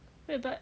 wait but